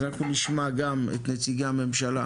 אז אנחנו נשמע גם את נציגי הממשלה,